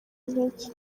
intege